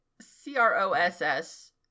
C-R-O-S-S